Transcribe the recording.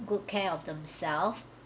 good care of themselves